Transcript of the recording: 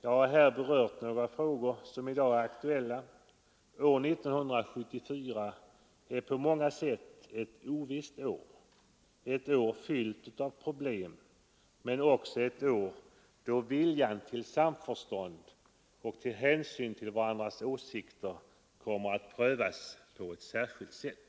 Jag har berört några frågor som i dag är aktuella. År 1974 är på många sätt ett ovisst år — ett år fyllt av problem — men också ett år då viljan till samförstånd och till hänsyn till varandras åsikter kommer att prövas på ett särskilt sätt.